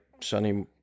sunny